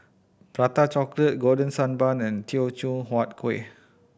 Prata Chocolate Golden Sand Bun and Teochew Huat Kueh